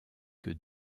que